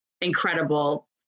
incredible